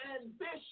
ambition